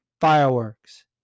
fireworks